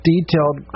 Detailed